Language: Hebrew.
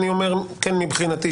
מבחינתי,